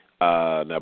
Now